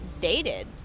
dated